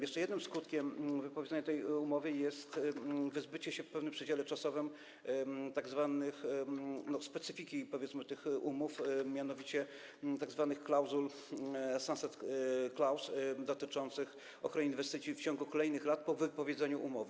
Jeszcze jednym skutkiem wypowiedzenia tej umowy jest wyzbycie się w pewnym przedziale czasowym specyfiki, powiedzmy, tych umów, mianowicie tzw. klauzul sunset clause dotyczących ochrony inwestycji w ciągu kolejnych lat po wypowiedzeniu umowy.